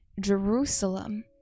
Jerusalem